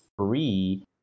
three